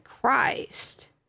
Christ